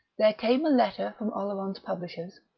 there came a letter from oleron's publishers,